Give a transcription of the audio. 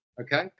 okay